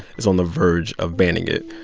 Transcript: is on the verge of banning it.